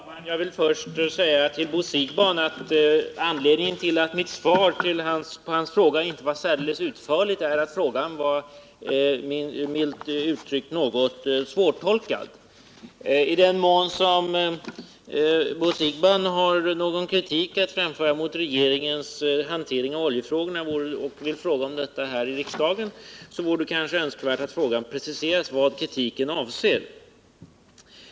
Herr talman! Jag vill först säga till Bo Siegbahn att anledningen till att mitt svar på hans fråga inte var särdeles utförligt är att frågan milt uttryckt var något svårtolkad. I den mån Bo Siegbahn har någon kritik att framföra mot regeringens hantering av oljefrågorna och vill fråga om detta i riksdagen, vore det önskvärt om han preciserade vad kritiken avser.